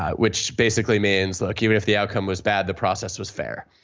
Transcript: which basically means, look, even if the outcome was bad, the process was fair.